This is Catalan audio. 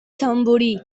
tamborí